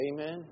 Amen